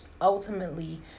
Ultimately